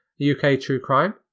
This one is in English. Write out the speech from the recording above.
UKTrueCrime